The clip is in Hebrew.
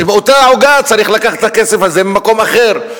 שבאותה העוגה צריך לקחת את הכסף הזה ממקום אחר,